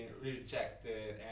rejected